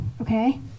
okay